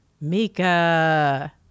Mika